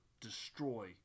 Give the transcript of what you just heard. destroy